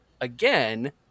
again